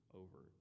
over